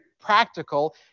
practical